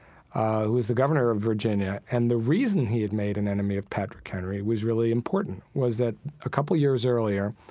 who was the governor of virginia. and the reason he had made an enemy of patrick henry was really important was that a couple years earlier,